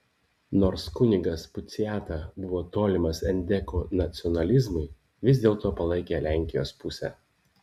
nors kunigas puciata buvo tolimas endekų nacionalizmui vis dėlto palaikė lenkijos pusę